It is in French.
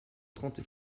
trente